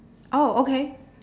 oh okay